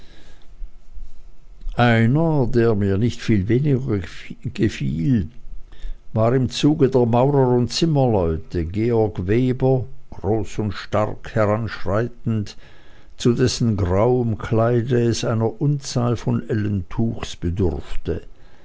einer der mir nicht viel weniger gefiel war im zuge der maurer und zimmerleute georg weber groß und stark heranschreitend zu dessen grauem kleide es einer unzahl von ellen tuches bedurfte